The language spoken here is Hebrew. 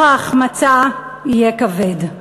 מחיר ההחמצה יהיה כבד.